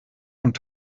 und